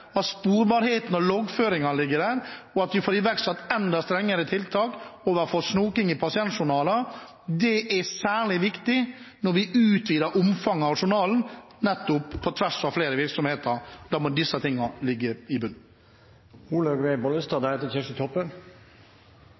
at sporbarheten og loggføringen ligger der, og at vi får iverksatt enda strengere tiltak mot snoking i pasientjournaler. Det er særlig viktig når vi utvider omfanget av journalen på tvers av flere virksomheter. Da må disse tingene ligge i